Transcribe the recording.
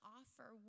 offer